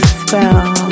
spell